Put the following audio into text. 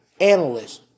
analysts